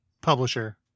publisher